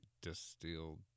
distilled